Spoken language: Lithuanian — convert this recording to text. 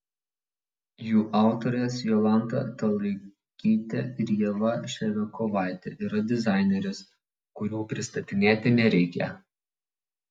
jų autorės jolanta talaikytė ir ieva ševiakovaitė yra dizainerės kurių pristatinėti nereikia